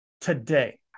today